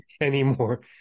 anymore